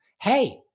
hey